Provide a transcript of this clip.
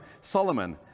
Solomon